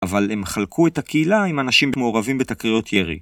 אבל הם חלקו את הקהילה עם אנשים מעורבים בתקריות ירי